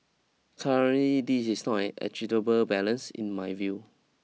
currently this is not an balance in my view